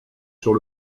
sur